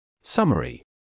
summary